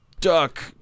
duck